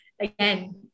again